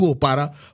para